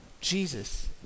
Jesus